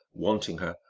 wanting her,